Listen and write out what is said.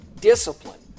Discipline